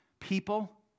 people